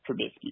Trubisky